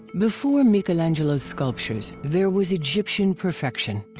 before michelangelo's sculptures, there was egyptian perfection.